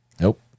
Nope